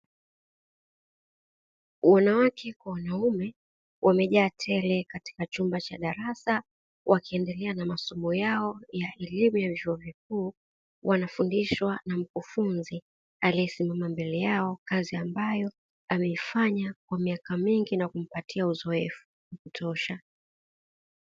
Wanawake kwa wanaume wamejaa tele katika chumba cha darasa wakiendelea na masomo yao ya elimu ya chuo kikuu, wanafundishwa na mkufunzi aliyesimama mbele yao kazi ambayo ameifanya kwa miaka mingi na kujipatia uzoefu tosha.